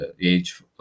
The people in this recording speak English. age